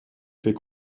fait